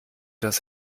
das